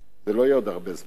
זה לא יהיה עוד הרבה זמן.